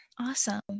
Awesome